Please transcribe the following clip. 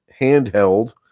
handheld